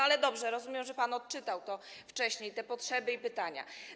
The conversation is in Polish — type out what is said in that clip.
Ale dobrze, rozumiem, że pan odczytał wcześniej te potrzeby i pytania.